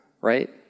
right